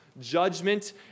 judgment